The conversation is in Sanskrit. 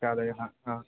इत्यादयः